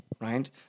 Right